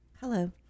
Hello